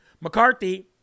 McCarthy